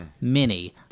Mini